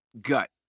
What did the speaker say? gut